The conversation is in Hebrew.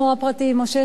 סילמן.